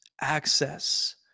access